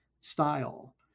style